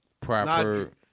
proper